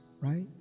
right